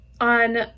on